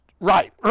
right